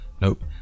Nope